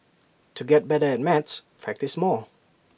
to get better at maths practise more